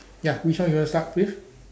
ya which one you want to start with